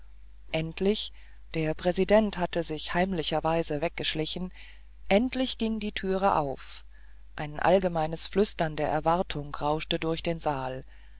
rüsten endlich der präsident hatte sich heimlicherweise weggeschlichen endlich ging die türe auf ein allgemeines flüstern der erwartung rauschte durch den saal herein